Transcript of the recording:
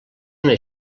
una